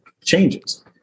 changes